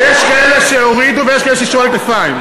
יש כאלה שהורידו ויש כאלה שנשארו על הכתפיים.